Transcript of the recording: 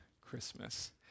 Christmas